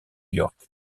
york